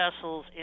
vessels